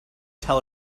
tell